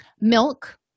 Milk